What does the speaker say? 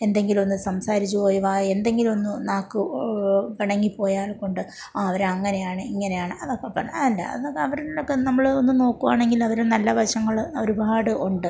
എന്തെങ്കിലുമൊന്ന് സംസാരിച്ച് പോയി വാ എന്തെങ്കിലൊന്ന് നാക്ക് പിണങ്ങി പോയാൽ കൊണ്ട് ആ അവരങ്ങനെയാണ് ഇങ്ങനെയാണ് അതൊക്കെ പറയും അല്ല അതൊക്കെ അവരോടൊക്കെ നമ്മൾ ഒന്ന് നോക്കുവാണെങ്കിൽ അവരുടെ നല്ല വശങ്ങൾ ഒരുപാട് ഉണ്ട്